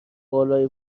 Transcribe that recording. بالای